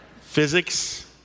Physics